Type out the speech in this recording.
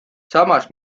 samas